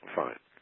fine